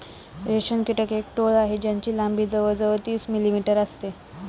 रेशम कीटक एक टोळ आहे ज्याची लंबी जवळ जवळ तीस मिलीमीटर असते